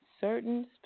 certain